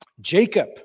Jacob